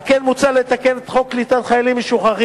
על כן, מוצע לתקן את חוק קליטת חיילים משוחררים,